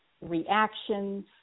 reactions